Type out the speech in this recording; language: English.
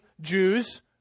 Jews